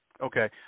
okay